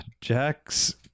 Jack's